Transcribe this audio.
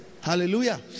Hallelujah